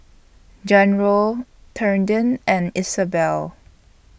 Jairo Trenten and Isabell